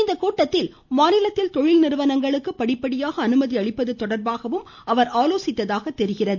இக்கூட்டத்தில் மாநிலத்தில் தொழில் நிறுவனங்களுக்கு படிப்படியாக அனுமதி அளிப்பது தொடர்பாக ஆலோசித்ததாக தெரிகிறது